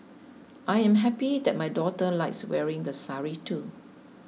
I am happy that my daughter likes wearing the sari too